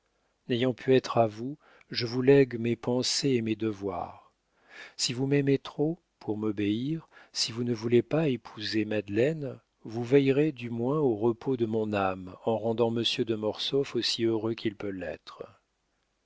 n'ayant pu être à vous je vous lègue mes pensées et mes devoirs si vous m'aimez trop pour m'obéir si vous ne voulez pas épouser madeleine vous veillerez du moins au repos de mon âme en rendant monsieur de mortsauf aussi heureux qu'il peut l'être